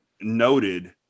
noted